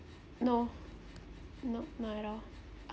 no no not at all